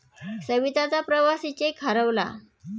सविताचा प्रवासी चेक हरवला